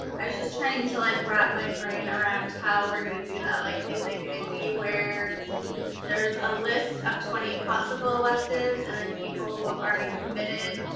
just trying to like wrap my brain around how we're gonna do that. like is it gonna be where there's a list of twenty possible electives and then people who have already committed,